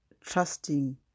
trusting